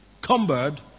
cumbered